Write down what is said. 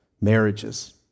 marriages